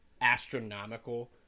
astronomical